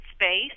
space